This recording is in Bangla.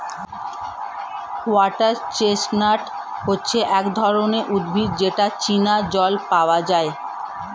ওয়াটার চেস্টনাট হচ্ছে এক ধরনের উদ্ভিদ যেটা চীনা জল পাওয়া যায়